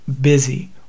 busy